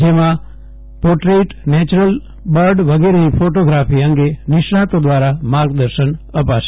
જેમાં portrait natural bird વગેરેની photography અંગે નિષ્ણાતો દ્વારા માર્ગદર્શન અપાશે